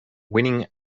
winning